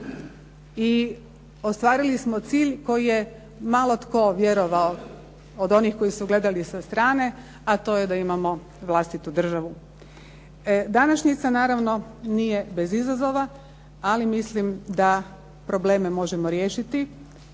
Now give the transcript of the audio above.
I ostvarili smo cilj koji je malo tko vjerovao od onih koji su gledali sa strane a to je da imamo vlastitu državu. Današnjica naravno nije bez izazova ali mislim da probleme možemo riješiti,